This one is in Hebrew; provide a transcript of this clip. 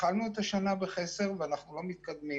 התחלנו את השנה בחסר ואנחנו לא מתקדמים.